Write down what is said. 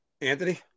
Anthony